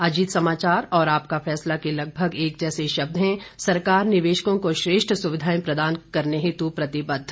अजीत समाचार और आपका फैसला के लगभग एक से शब्द हैं सरकार निवेशकों को श्रेष्ठ सुविधाएं प्रदान करने हेतु प्रतिबद्ध